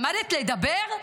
למדת לדבר?